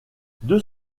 deux